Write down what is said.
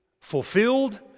fulfilled